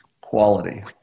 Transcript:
quality